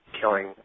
killing